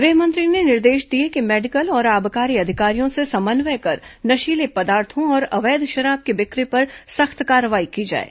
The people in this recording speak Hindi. गृह मंत्री ने निर्देश दिए कि मेडिकल और आबकारी अधिकारियों से समन्वय कर नशीले पदार्थो और अवैध शराब की बिक्री पर सख्त कार्यवाही की जाएं